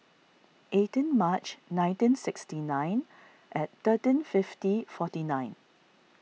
eighteen March nineteen sixty nine at thirteen fifty forty nine